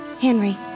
Henry